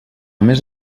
més